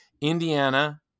Indiana